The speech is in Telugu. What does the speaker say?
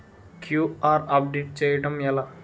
క్యూ.ఆర్ అప్డేట్ చేయడం ఎలా?